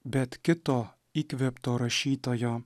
bet kito įkvėpto rašytojo